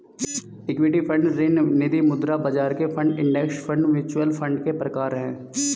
equity fund ऋण निधिमुद्रा बाजार fund index fund mutual fund के प्रकार हैं